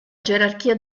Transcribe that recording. gerarchia